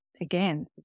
again